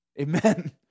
Amen